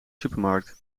supermarkt